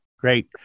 Great